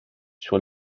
sur